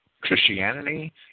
Christianity